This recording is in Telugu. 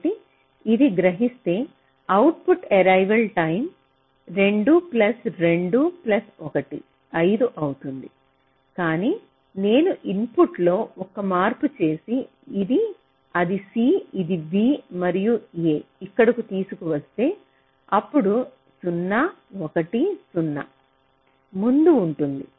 కాబట్టి ఇది గ్రహిస్తే output arrival time 2 plus 2 plus 1 5 అవుతుంది కానీ నేను ఇన్పుట్లో ఒక మార్పు చేసి అది c ఇది b మరియు a ఇక్కడకు తీసుకువస్తే అప్పుడు 0 1 0 ముందు ఉంటుంది